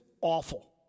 awful